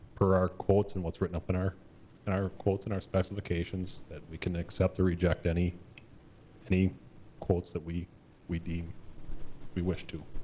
per our quotes, and what's written up in our and our quotes and our specifications, that we can accept or reject any any quotes that we we deem, we wish to.